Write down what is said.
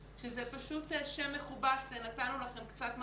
שזה פשוט שם מכובס לנתנו לכם קצת משהו,